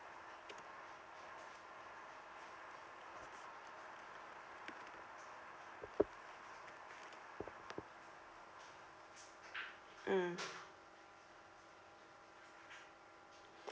mm